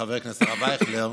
חבר הכנסת הרב אייכלר,